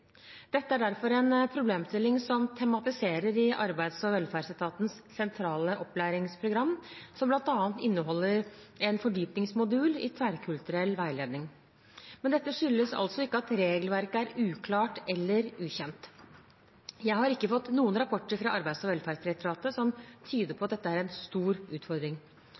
Dette er derfor en problemstilling som tematiseres i arbeids- og velferdsetatens sentrale opplæringsprogram, som bl.a. inneholder en fordypningsmodul i tverrkulturell veiledning. Men dette skyldes altså ikke at regelverket er uklart eller ukjent. Jeg har ikke fått noen rapporter fra Arbeids- og velferdsdirektoratet som tyder på at dette er en stor utfordring.